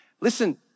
Listen